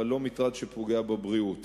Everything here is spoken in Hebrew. אבל לא מטרד שפוגע בבריאות,